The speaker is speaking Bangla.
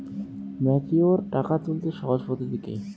ম্যাচিওর টাকা তুলতে সহজ পদ্ধতি কি?